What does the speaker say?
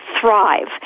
thrive